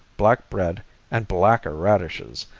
black bread and blacker radishes,